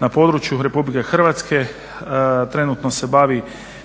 Na području Republike Hrvatske trenutno se bavi